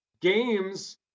games